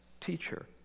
teacher